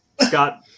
Scott